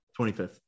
25th